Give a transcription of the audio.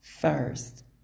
First